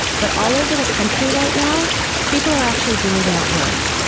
but all over the country right now people are actually doing that work.